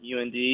UND